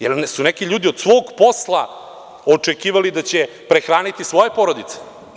Jel su neki ljudi od svog posla očekivali da će prehraniti svoje porodice?